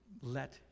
let